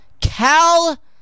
Cal